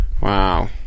wow